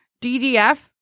DDF